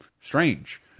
Strange